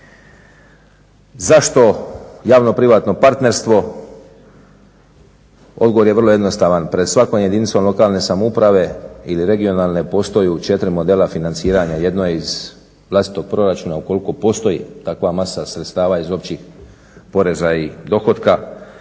Zašto javno privatno partnerstvo? Odgovor je vrlo jednostavan. Pred svakom jedinicom lokalne samouprave ili regionalne postoje četiri modela financiranja. Jedno je iz vlastitog proračuna ukoliko postoji takva masa sredstava iz općih poreza i dohotka.